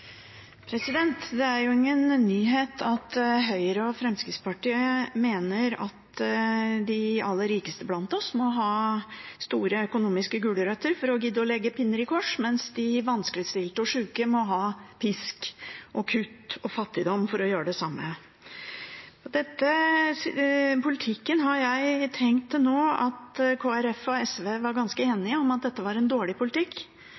jo ingen nyhet at Høyre og Fremskrittspartiet mener at de aller rikeste blant oss må ha store økonomiske gulrøtter for å gidde å legge to pinner i kors, mens de vanskeligstilte og sjuke må ha pisk og kutt og fattigdom for å gjøre det samme. Dette har jeg til nå tenkt at Kristelig Folkeparti og SV var ganske enige om var en dårlig politikk.